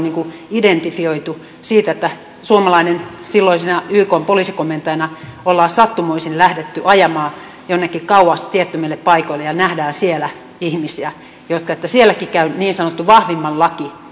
identifioineet siitä että suomalaiset silloisena ykn poliisikomentajana olemme sattumoisin lähteneet ajamaan jonnekin kauas tiettömille paikoille ja nähneet siellä ihmisiä että sielläkin niin sanottu vahvimman laki